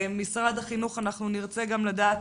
וממשרד החינוך, אנחנו נרצה לדעת